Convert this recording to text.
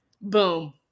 boom